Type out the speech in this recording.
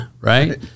Right